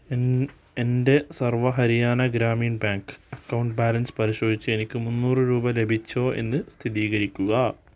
N എന്റെ Sarva Haryana Gramin bank account balance പരിശോധിച്ചെനിക്ക് മുന്നൂറ് രൂപ ലഭിച്ചോ എന്ന് സ്ഥിരീകരിക്കുക